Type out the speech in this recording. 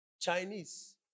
Chinese